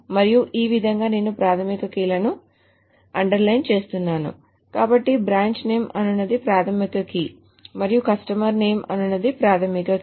మరియు ఈ విధంగా నేను ప్రాధమిక కీలను అండర్లైన్ చేస్తున్నాను కాబట్టి బ్రాంచ్ నేమ్ అనునది ప్రాధమిక కీ మరియు కస్టమర్ నేమ్ అనునది ప్రాధమిక కీ